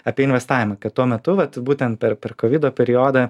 apie investavimą kad tuo metu vat būtent per per kovido periodą